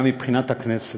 גם מבחינת הכנסת,